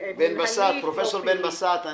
--- פרופ' בן בסט,